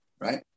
right